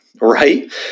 right